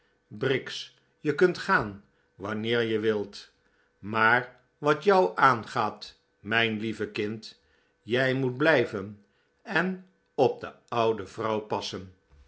briggs je kunt gaan wanneer je wilt maar wat jou aangaat mijn lieve kind jij moet blijven en op de oude vrouw passen